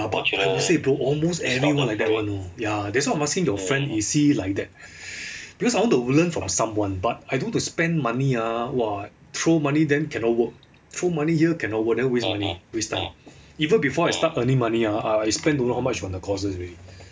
ah but honestly bro almost anyone like that [one] ya that's why I'm asking your friend is he like that because I want to learn from someone but I don't want to spend money ah !wah! like throw money then cannot work throw money here then cannot work then waste money waste time even before I start earning money ah I I spend don't know how much on the courses already